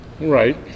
Right